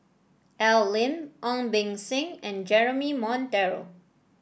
Al Lim Ong Beng Seng and Jeremy Monteiro